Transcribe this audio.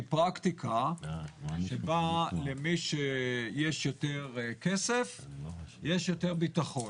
פרקטיקה שבה למי שיש יותר כסף יש יותר ביטחון.